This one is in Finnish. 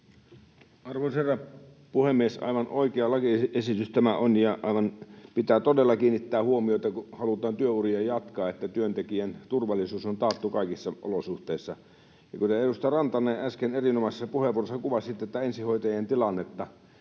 Arvoisa herra puhemies! Aivan oikea lakiesitys tämä on, ja aivan, pitää todella kiinnittää huomiota, kun halutaan työuria jatkaa, että työntekijän turvallisuus on taattu kaikissa olosuhteissa. Kuten edustaja Rantanen äsken erinomaisessa puheenvuorossaan kuvasi tätä ensihoitajien tilannetta,